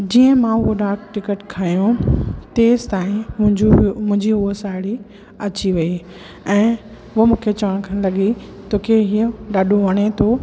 जीअं मां हुओ डाक टिकट खयों तेसि ताईं मुंहिंजी उहा साहिड़ी अची वई ऐं हूअ मूंखे चवण लॻी तोखे हीउ ॾाढो वणे थो